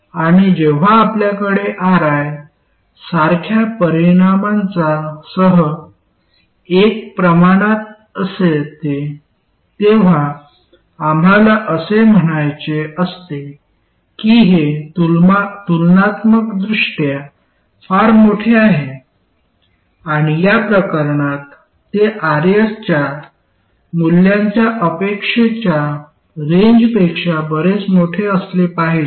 आणि जेव्हा आपल्याकडे Ri सारख्या परिमाणांसह एक प्रमाणात असते तेव्हा आम्हाला असे म्हणायचे असते की हे तुलनात्मकदृष्ट्या फार मोठे आहे आणि या प्रकरणात ते Rs च्या मूल्यांच्या अपेक्षेच्या रेंज पेक्षा बरेच मोठे असले पाहिजे